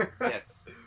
yes